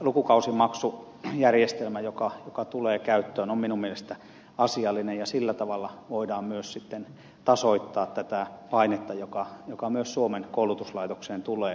tämä lukukausimaksujärjestelmä joka tulee käyttöön on minun mielestäni asiallinen ja sillä tavalla voidaan myös sitten tasoittaa tätä painetta joka myös suomen koulutuslaitokseen tulee